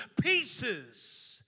pieces